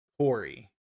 Corey